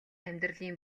амьдралын